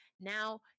Now